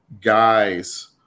guys